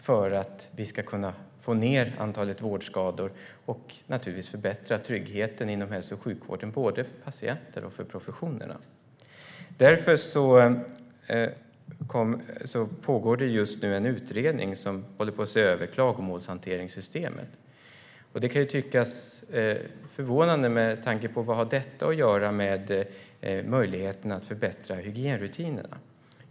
Det handlar om att få ned antalet vårdskador och naturligtvis förbättra tryggheten inom hälso och sjukvården, både för patienter och för professionen. Därför pågår det just nu en utredning som håller på att se över klagomålshanteringssystemet. Det kan tyckas förvånande - vad har detta att göra med möjligheten att förbättra hygienrutinerna?